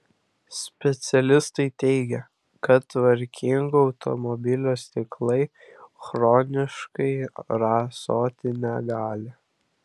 specialistai teigia kad tvarkingo automobilio stiklai chroniškai rasoti negali